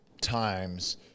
times